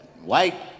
White